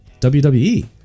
WWE